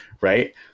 Right